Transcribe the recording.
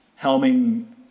helming